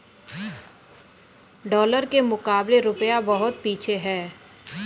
dollar के मुकाबले रूपया बहुत पीछे है